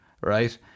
right